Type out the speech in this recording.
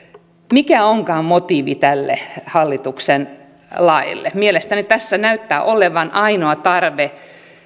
mikä onkaan motiivi tälle hallituksen laille mielestäni tässä näyttää olevan ainoastaan tarve